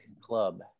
Club